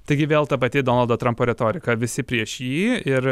taigi vėl ta pati donaldo trampo retorika visi prieš jį ir